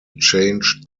change